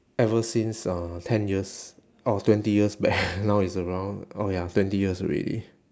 ever since uh ten years or twenty years back now it's around oh ya twenty years already